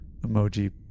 Emoji